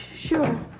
sure